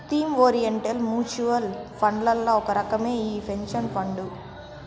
theme orient mutual ఫండ్లల్ల ఒక రకమే ఈ పెన్సన్ ఫండు